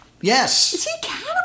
Yes